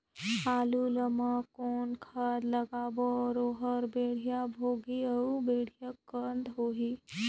आलू मा कौन खाद लगाबो ता ओहार बेडिया भोगही अउ बेडिया कन्द होही?